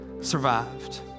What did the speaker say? survived